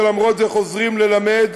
ולמרות זה חוזרים ללמד,